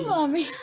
Mommy